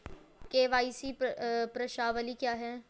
KYC प्रश्नावली क्या है?